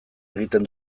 egiten